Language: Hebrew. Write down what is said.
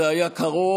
זה היה קרוב,